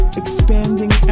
expanding